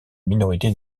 minorité